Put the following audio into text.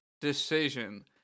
decision